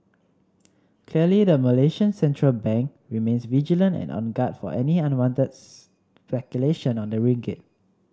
clearly the Malaysian central bank remains vigilant and on guard for any unwanted speculation on the ringgit